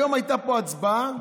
היום הייתה פה הצבעה,